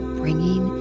bringing